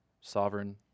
sovereign